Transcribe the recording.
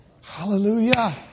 Hallelujah